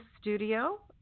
studio